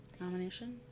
nomination